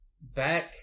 back